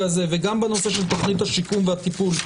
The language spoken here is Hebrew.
הזה וגם בנושא של תוכנית השיקום והטיפול,